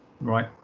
right